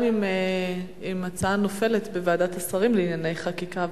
גם אם הצעה נופלת בוועדת השרים לענייני חקיקה,